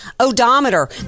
odometer